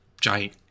giant